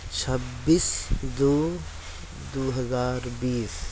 چھبیس دو دوہزار بیس